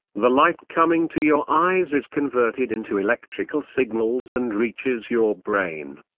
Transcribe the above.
the light coming to your eyes is converted into electrical signals and reaches your brain,